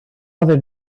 other